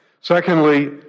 Secondly